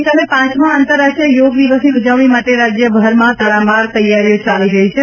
આવતીકાલે પાંચમા આંતરરાષ્ટ્રીય યોગ દિવસની ઉજવણી માટે રાજ્યભરમાં તડામાર તેયારીઓ ચાલી રહી છે